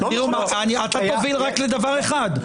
אתה תוביל רק לדבר אחד,